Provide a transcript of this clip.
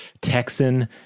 Texan